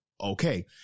okay